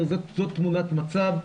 מצב,